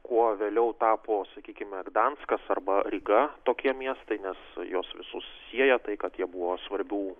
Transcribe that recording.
kuo vėliau tapo sakykime ir gdanskas arba ryga tokie miestai nes juos visus sieja tai kad jie buvo svarbių